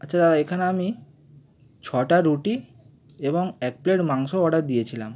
আচ্ছা এখানে আমি ছটা রুটি এবং এক প্লেট মাংস অর্ডার দিয়েছিলাম